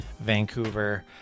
Vancouver